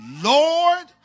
Lord